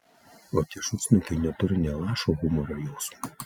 o tie šunsnukiai neturi nė lašo humoro jausmo